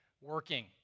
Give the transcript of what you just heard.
working